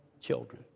children